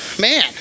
Man